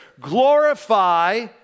Glorify